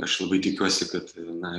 aš labai tikiuosi kad na